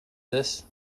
this